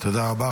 תודה רבה.